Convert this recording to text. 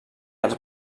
els